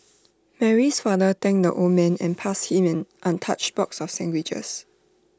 Mary's father thanked the old man and passed him an untouched box of sandwiches